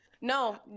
No